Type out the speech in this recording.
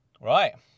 Right